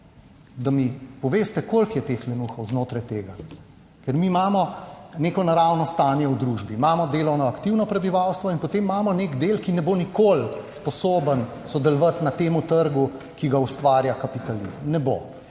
da mi poveste, koliko je teh lenuhov znotraj tega. Ker mi imamo neko naravno stanje v družbi, imamo delovno aktivno prebivalstvo in potem imamo neki del, ki ne bo nikoli sposoben sodelovati na tem trgu, ki ga ustvarja kapitalizem, ne bo.